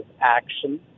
action